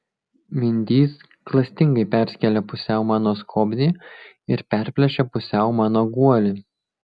mindys klastingai perskėlė pusiau mano skobnį ir perplėšė pusiau mano guolį